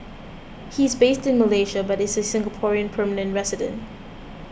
he is based in Malaysia but is a Singapore permanent resident